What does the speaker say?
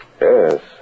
Yes